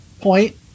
point